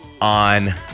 on